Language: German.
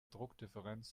druckdifferenz